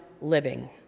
living